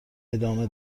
دامه